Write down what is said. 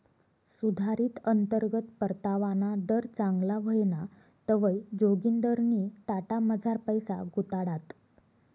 सुधारित अंतर्गत परतावाना दर चांगला व्हयना तवंय जोगिंदरनी टाटामझार पैसा गुताडात